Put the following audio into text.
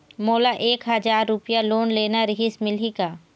मोला एक हजार रुपया लोन लेना रीहिस, मिलही का?